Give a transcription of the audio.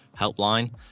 helpline